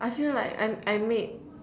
I feel like I I make